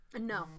No